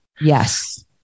yes